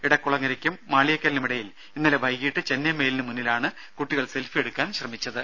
ഇടക്കുളങ്ങരക്കും മാളിയേക്കലിനുമിടയിൽ ഇന്നലെ വൈകീട്ട് ചെന്നെ മെയിലിന് മുന്നിലാണ് കുട്ടികൾ സെൽഫി എടുക്കാൻ ശ്രമിച്ചത്